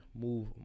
move